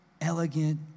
elegant